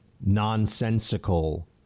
nonsensical